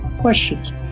questions